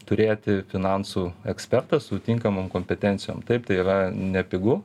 turėti finansų ekspertą su tinkamom kompetencijom taip tai yra nepigu